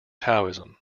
taoism